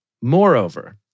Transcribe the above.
Moreover